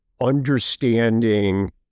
understanding